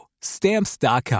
stamps.com